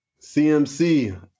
CMC